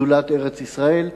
שדולת ארץ-ישראל,